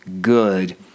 good